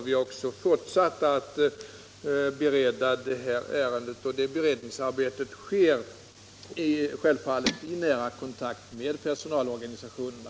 Vi har också fortsatt att bereda ärendet, och det beredningsarbetet sker självfallet i nära kontakt med personalorganisationerna.